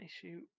issue